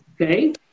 Okay